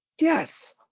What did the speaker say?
Yes